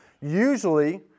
Usually